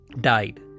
died